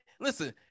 Listen